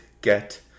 get